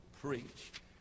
preach